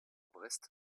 brest